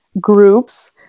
groups